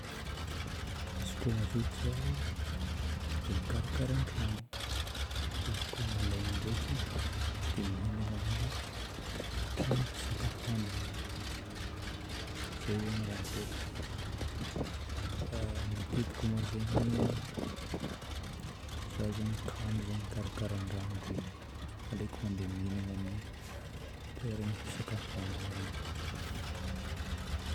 Izy koa mazoto zaho dia mikarakara an-tragno. Izy koa malaigna ndraiky dia mihignana amin'ny tragno fisakafoagnana. Zay zagny raha ataoko. Fa matetika moa zaigny, za zagny kamo hikarakara andrano dia aleoko mandeha mihignana amin'ny toerana fisakafoagnana iregny.